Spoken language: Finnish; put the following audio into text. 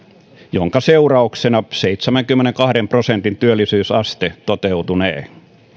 minkä seurauksena seitsemänkymmenenkahden prosentin työllisyysaste toteutunee